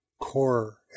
core